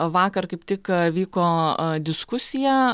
vakar kaip tik vyko diskusija